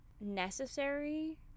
necessary